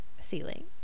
ceiling